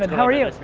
and how are you?